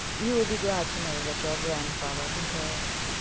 you will be glad to know that your grandfather concurs.